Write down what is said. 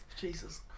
Jesus